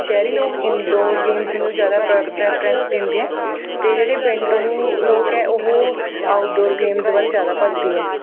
ਸ਼ਹਿਰੀ ਲੋਕ indoor games ਨੂੰ ਜ਼ਿਆਦਾ ਪ੍ਰੈ ਪ੍ਰੈਫਰੈਂਸ ਦਿੰਦੇ ਹੈ ਅਤੇ ਜਿਹੜੇ ਪੇਂਡੂ ਲੋਕ ਹੈ ਉਹ ਆਊਟਡੋਰ ਗੇਮਸ ਵੱਲ ਜ਼ਿਆਦਾ ਭੱਜਦੇ ਹੈ